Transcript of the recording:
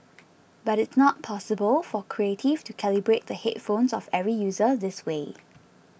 but it's not possible for Creative to calibrate the headphones of every user this way